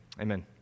Amen